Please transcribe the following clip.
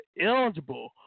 eligible